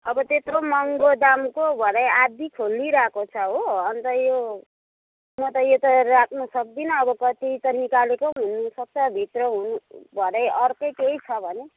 अब त्यत्रो महँगो दामको भरै आदि खोलिइरहेको छ हो अन्त यो म त यो त राख्नु सक्दिनँ अब कति त निकालेको हुनुसक्छ भित्र हुनु भरै अर्कै केही छ भने